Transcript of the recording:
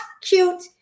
cute